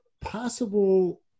possible